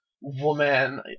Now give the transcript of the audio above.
woman